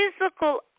physical